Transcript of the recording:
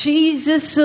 Jesus